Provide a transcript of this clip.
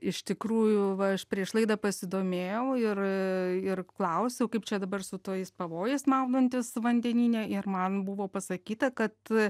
iš tikrųjų va aš prieš laidą pasidomėjau ir ir klausiau kaip čia dabar su tais pavojais maudantis vandenyne ir man buvo pasakyta kad